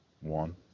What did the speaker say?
One